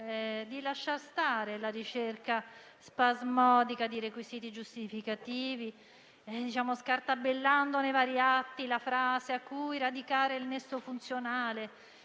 di lasciar stare la ricerca spasmodica di requisiti giustificativi, scartabellando nei vari atti per cercare la frase a cui radicare il nesso funzionale.